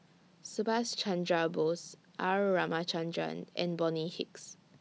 Subhas Chandra Bose R Ramachandran and Bonny Hicks